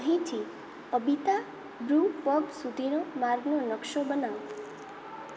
અહીંથી Abita brew pub સુધીના માર્ગનો નકશો બનાવો